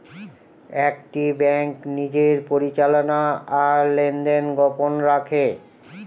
একটি ব্যাঙ্ক নিজের পরিচালনা আর লেনদেন গোপন রাখে